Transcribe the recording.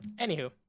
Anywho